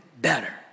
better